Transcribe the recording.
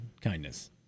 kindness